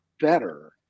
better